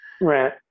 right